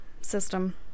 system